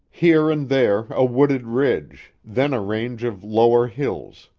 here and there a wooded ridge, then a range of lower hills,